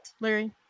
Larry